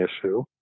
issue